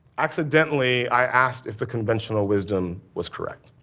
accidentally, i asked if the conventional wisdom was correct.